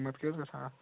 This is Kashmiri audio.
قۭمتھ کیاہ حظ گَژھان اتھ